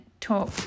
talk